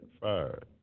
fired